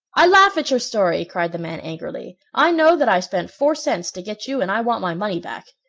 i laugh at your story! cried the man angrily. i know that i spent four cents to get you and i want my money back.